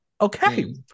Okay